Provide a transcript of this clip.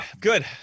Good